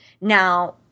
Now